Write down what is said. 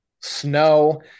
Snow